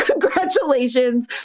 congratulations